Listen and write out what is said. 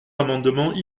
amendements